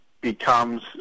becomes